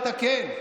עוד לא מאוחר לתקן.